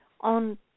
on